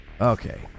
okay